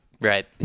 Right